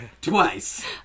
Twice